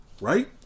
right